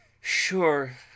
sure